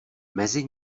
mezi